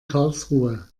karlsruhe